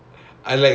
uh